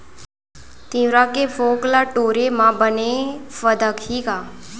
तिंवरा के फोंक ल टोरे म बने फदकही का?